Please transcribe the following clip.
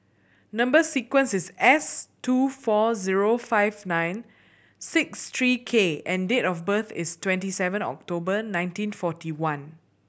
number sequence is S two four zero five nine six three K and date of birth is twenty seven October nineteen forty one